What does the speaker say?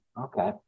Okay